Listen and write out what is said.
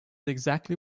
exactly